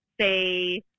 say